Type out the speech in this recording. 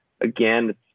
again